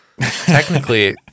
technically